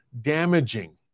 damaging